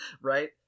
right